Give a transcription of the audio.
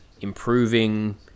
improving